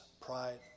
pride